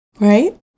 Right